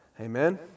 Amen